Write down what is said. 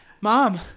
mom